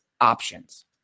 options